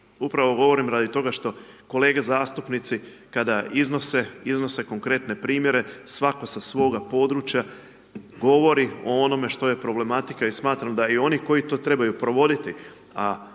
Upravo govorim radi toga što kolege zastupnici kada iznose, iznose konkretne primjere, svatko sa svoga područja govori o onome što je problematika i smatram da i oni koji to trebaju provoditi,